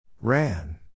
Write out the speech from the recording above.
Ran